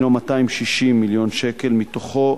הינו 260 מיליון שקל, מתוכו